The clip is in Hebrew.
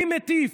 מי מטיף,